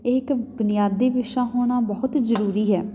ਇਹ ਇੱਕ ਬੁਨਿਆਦੀ ਵਿਸ਼ਾ ਹੋਣਾ ਬਹੁਤ ਜ਼ਰੂਰੀ ਹੈ